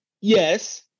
Yes